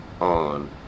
on